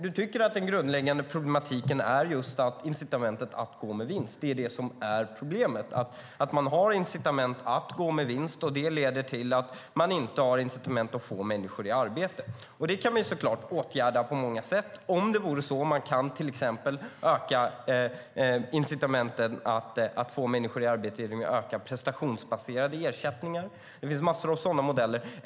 Du tycker att den grundläggande problematiken är just incitamentet att gå med vinst. Det är problemet, och det leder till att man inte har incitament att få människor i arbete. Det kan vi såklart åtgärda på många olika sätt. Man kan till exempel öka incitamenten att få människor i arbete genom att öka prestationsbaserade ersättningar. Det finns många sådana modeller.